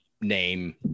Name